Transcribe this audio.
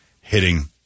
hitting